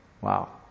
Wow